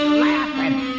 laughing